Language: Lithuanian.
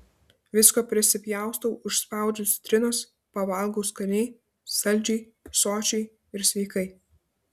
visko prisipjaustau užspaudžiu citrinos pavalgau skaniai saldžiai sočiai ir sveikai